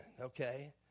Okay